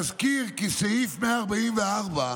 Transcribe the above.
נזכיר כי סעיף 144,